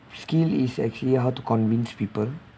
skill is actually how to convince people